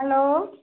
hello